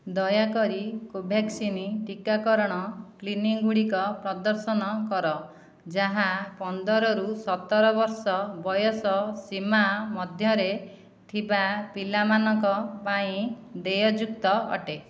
ଦୟାକରି କୋଭ୍ୟାକ୍ସିନି ଟିକାକରଣ କ୍ଲିନିକ୍ଗୁଡ଼ିକ ପ୍ରଦର୍ସନ କର ଯାହା ପନ୍ଦର ରୁ ସତର ବର୍ଷ ବୟସ ସୀମା ମଧ୍ୟରେ ଥିବା ପିଲାମାନଙ୍କ ପାଇଁ ଦେୟଯୁକ୍ତ ଅଟେ